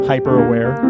hyper-aware